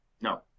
No